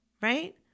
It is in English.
right